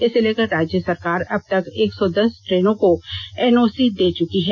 इसे लेकर राज्य सरकार अबतक एक सौ दस ट्रेनों को एनओसी दे चुकी है